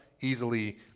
easily